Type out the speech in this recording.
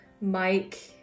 Mike